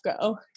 go